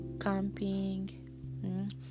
camping